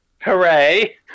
Hooray